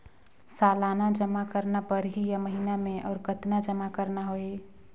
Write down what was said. सालाना जमा करना परही या महीना मे और कतना जमा करना होहि?